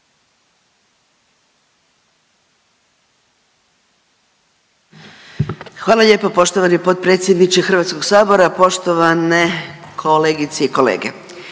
Hvala lijepa poštovani potpredsjedniče Hrvatskog sabora. Poštovani državni tajniče